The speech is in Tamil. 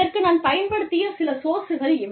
இதற்கு நான் பயன்படுத்திய சில சோர்ஸ்கள் இவை